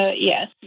Yes